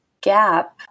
gap